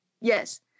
Yes